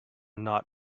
not